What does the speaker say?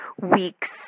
weeks